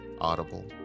Audible